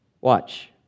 Watch